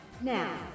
Now